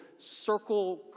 circle